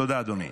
תודה, אדוני.